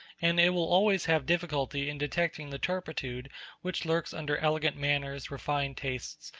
and it will always have difficulty in detecting the turpitude which lurks under elegant manners, refined tastes,